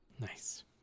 Nice